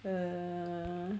err